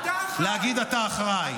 אה, זה קל להגיד "אתה אחראי".